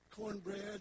cornbread